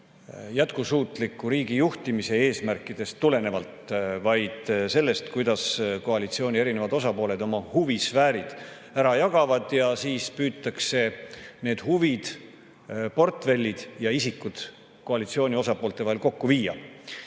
jätkusuutliku riigijuhtimise eesmärkidest, vaid sellest, kuidas koalitsiooni osapooled oma huvisfäärid ära jagavad, ja siis püütakse need huvid, portfellid ja isikud koalitsiooni osapoolte vahel kokku viia.